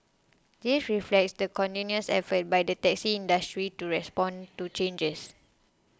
this reflects the continuous efforts by the taxi industry to respond to changes